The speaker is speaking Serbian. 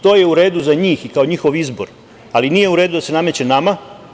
To je u redu za njih i kao njihov izbor, ali nije u redu da se nameće nama.